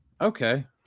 Okay